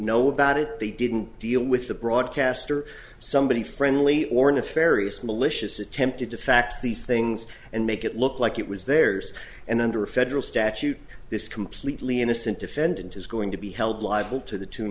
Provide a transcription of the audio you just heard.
know about it they didn't deal with the broadcaster somebody friendly or nefarious malicious attempted to fax these things and make it look like it was theirs and under a federal statute this completely innocent defendant is going to be held liable to the tune